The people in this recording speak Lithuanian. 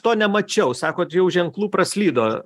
to nemačiau sakot jau ženklų praslydo